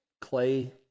Clay